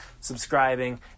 subscribing